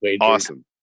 Awesome